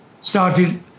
started